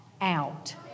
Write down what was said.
out